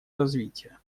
развитие